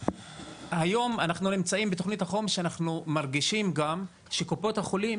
היום אנחנו נמצאים בתוכנית החומש ואנחנו מרגישים גם שקופות החולים